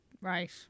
Right